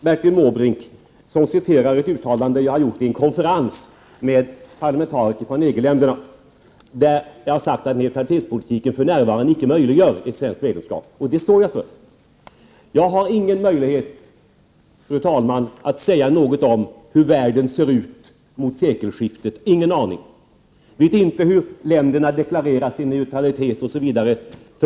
Bertil Måbrink citerar ett uttalande som jag har gjort vid en konferens med parlamentariker från EG-länderna, nämligen att neutralitetspolitiken för närvarande icke möjliggör ett svenskt medlemskap — och det står jag för. Jag — Prot. 1988/89:129 har ingen möjlighet, fru talman, att säga något om hur världen kommer attse 6 juni 1989 ut mot sekelskiftet; jag har ingen aning. Jag vet inte hur länderna deklarerar sin neutralitet osv.